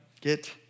Get